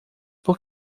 por